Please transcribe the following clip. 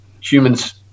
humans